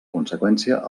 conseqüència